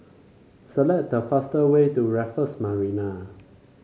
select the fast way to Raffles Marina